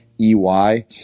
EY